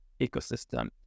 ecosystem